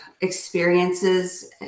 experiences